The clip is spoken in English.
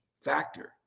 factor